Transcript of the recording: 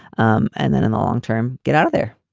um and then in the long term, get out of there.